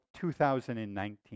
2019